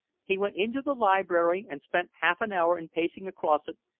he went into the library, and spent half-an-hour in pacing across it,